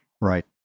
Right